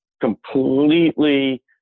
completely